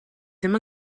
ddim